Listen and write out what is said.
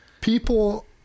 People